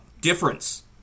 difference